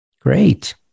Great